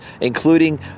including